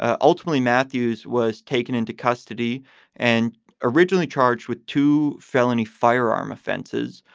ah ultimately, matthews was taken into custody and originally charged with two felony firearm offenses.